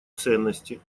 ценности